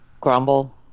Grumble